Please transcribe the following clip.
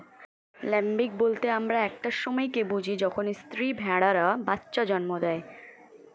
lambing বলতে আমরা একটা সময় কে বুঝি যখন স্ত্রী ভেড়ারা বাচ্চা জন্ম দেয়